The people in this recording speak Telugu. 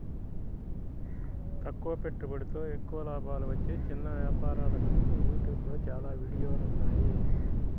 తక్కువ పెట్టుబడితో ఎక్కువ లాభాలు వచ్చే చిన్న వ్యాపారాల గురించి యూట్యూబ్ లో చాలా వీడియోలున్నాయి